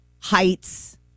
heights